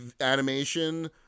animation